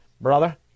brother